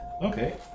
Okay